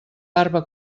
barba